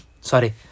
sorry